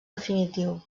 definitiu